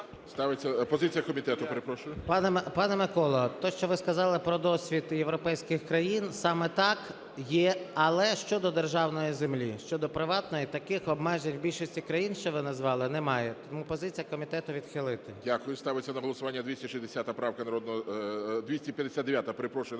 позиція комітету, перепрошую. 11:18:17 СОЛЬСЬКИЙ М.Т. Пане Миколо, те, що ви сказали про досвід європейських країн, саме так є, але щодо державної землі. Щодо приватної, таких обмежень у більшості країн, що ви назвали, немає. Тому позиція комітету – відхилити. ГОЛОВУЮЧИЙ. Дякую. Ставиться на голосування 260 правка… 259, перепрошую,